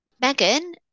Megan